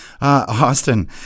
Austin